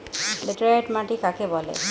Laterite মাটি কাকে বলে?